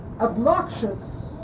obnoxious